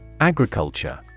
Agriculture